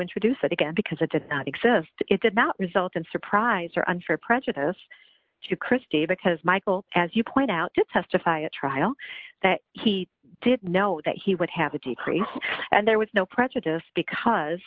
introduce it again because it did not exist it did not result in surprise or unfair prejudice to chris davis has michael as you point out to testify at trial that he did know that he would have a decrease and there was no prejudice because